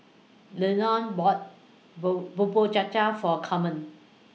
Lionel bought bowl Bubur Cha Cha For Camren